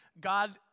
God